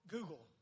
Google